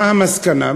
מה המסקנה?